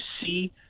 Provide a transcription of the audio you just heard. see